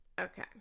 Okay